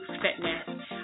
Fitness